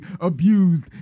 abused